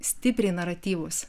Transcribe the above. stipriai naratyvūs